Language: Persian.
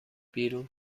بیرون